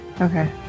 okay